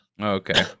Okay